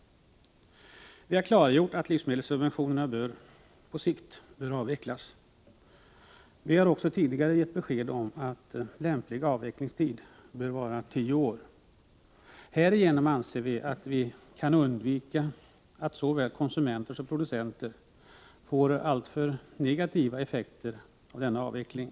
Vi har klargjort att livsmedelssubventionerna på sikt bör avvecklas. Vi har också tidigare gett besked om att en lämplig avvecklingstid bör vara tio år. Vi anser att man härigenom kan undvika att konsumenter och producenter drabbas av alltför negativa effekter av denna avveckling.